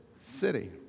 city